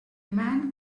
man